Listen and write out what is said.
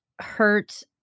hurt